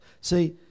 See